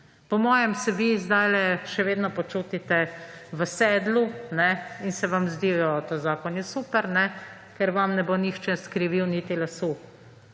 Po mojem se vi zdajle še vedno počutite v sedlu in se vam zdi, ta zakon je super, ker vam ne bo nihče skrivil niti lasu.